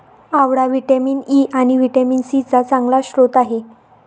आवळा vitamin E आणि vitamin C चा चांगला स्रोत आहे